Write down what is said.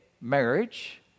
marriage